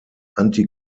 anti